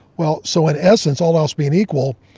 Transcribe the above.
well, so in essence, all else being equal,